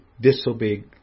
disobey